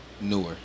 newer